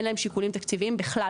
אין להם שיקולים תקציביים בכלל,